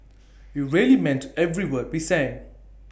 we really meant every word we sang